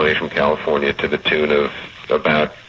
from california to the tune of about